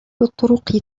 الطرق